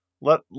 let